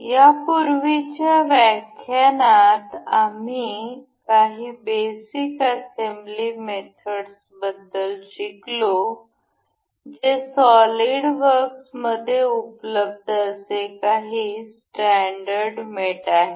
यापूर्वीच्या व्याख्यानात आम्ही काही बेसिक असेंब्ली मेथड्सबद्दल शिकलो जे सॉलिड वर्कमध्ये उपलब्ध असे काही स्टॅंडर्ड मेट आहेत